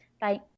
Bye